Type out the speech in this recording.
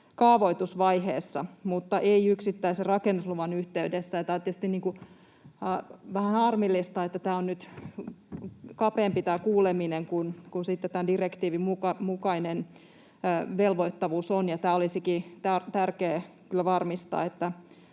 kaavoitusvaiheessa mutta ei yksittäisen rakennusluvan yhteydessä. Tämä on tietysti vähän harmillista, että tämä kuuleminen on nyt kapeampi kuin tämän direktiivin mukainen velvoittavuus on. Tämä olisikin tärkeä kyllä varmistaa,